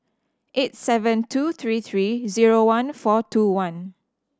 eight seven two three three zero one four two one